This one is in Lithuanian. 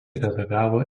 redagavo